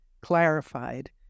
Clarified